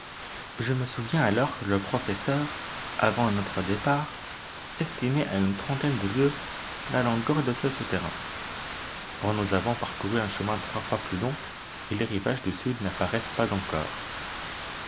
je me souviens alors que le professeur avant notre départ estimait à une trentaine de lieues la longueur de ce souterrain or nous avons parcouru un chemin trois fois plus long et les rivages du sud n'apparaissent pas encore